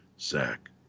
Zach